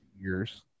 years